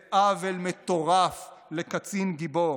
זה עוול מטורף לקצין גיבור.